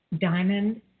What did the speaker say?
diamond